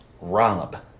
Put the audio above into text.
Rob